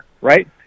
right